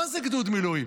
מה זה גדוד מילואים?